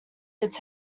its